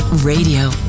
Radio